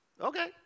Okay